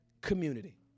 community